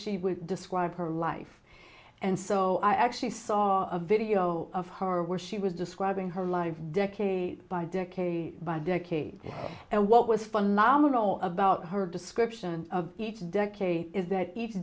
she would describe her life and so i actually saw a video of her where she was describing her life decade by decade by decade and what was phenomenal about her description of each decade is that each